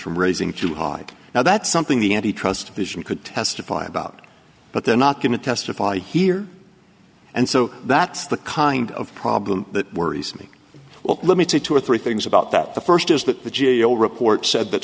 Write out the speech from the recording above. from raising too high now that's something the anti trust vision could testify about but they're not going to testify here and so that's the kind of problem that worries me well let me take two or three things about that the first is that the g a o report said